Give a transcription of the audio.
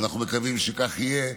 ואנחנו מקווים שכך יהיה,